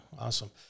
awesome